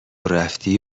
رفتی